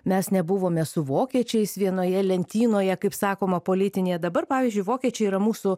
mes nebuvome su vokiečiais vienoje lentynoje kaip sakoma politinėje dabar pavyzdžiui vokiečiai yra mūsų